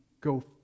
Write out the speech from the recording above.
go